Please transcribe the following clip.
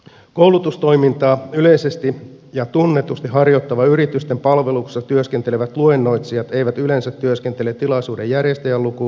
koulutustoimintaa yleisesti ja tunnetusti harjoittavan yrityksen palveluksessa työskentelevät luennoitsijat eivät yleensä työskentele tilaisuuden järjestäjän lukuun